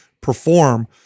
perform